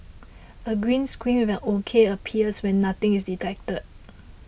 a green screen with an ok appears when nothing is detected